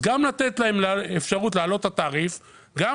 זה גם לתת להם אפשרות להעלות את התעריף וגם